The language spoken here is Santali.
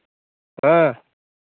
ᱦᱮᱸ